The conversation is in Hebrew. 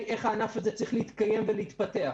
איך הענף הזה צריך להתקיים ולהתפתח,